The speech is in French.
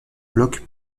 bloc